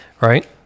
Right